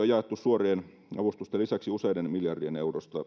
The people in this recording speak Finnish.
jaettu suorien avustusten lisäksi useiden miljardien